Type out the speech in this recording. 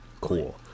cool